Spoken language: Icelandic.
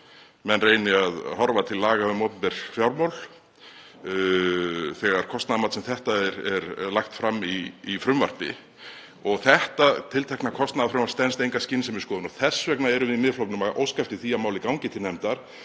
menn reyni að horfa til laga um opinber fjármál þegar kostnaðarmat sem þetta er lagt fram í frumvarpi og þetta tiltekna kostnaðarmat stenst enga skynsemisskoðun. Þess vegna erum við í Miðflokknum að óska eftir því að málið gangi til nefndar